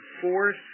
force